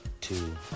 Two